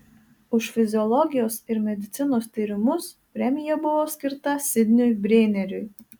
už fiziologijos ir medicinos tyrimus premija buvo skirta sidniui brėneriui